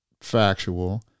factual